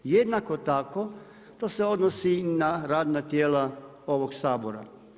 Jednako tako to se odnosi i na radna tijela ovog Sabora.